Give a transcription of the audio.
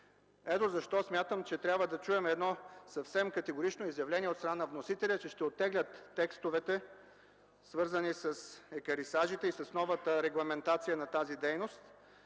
Ето защо смятам, че трябва да чуем едно съвсем категорично изявление от страна на вносителя, че ще оттеглят текстовете, свързани с екарисажите и с новата регламентация на тази дейност.